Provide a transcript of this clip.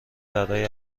برای